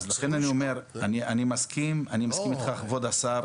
אז לכן אני אומר אני מסכים איתך, כבוד השר,